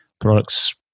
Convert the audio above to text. products